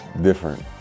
different